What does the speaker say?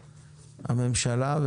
הממשלה,